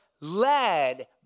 led